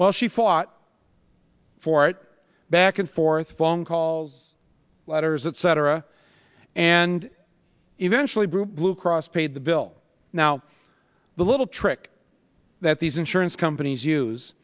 while she fought for it back and forth phone calls letters etc and eventually group blue cross paid the bill now the little trick that these insurance companies use